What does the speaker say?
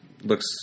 looks